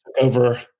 over